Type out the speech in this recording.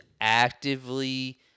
actively